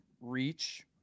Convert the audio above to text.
reach